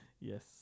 Yes